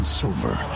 silver